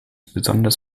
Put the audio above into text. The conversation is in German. besonders